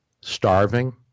starving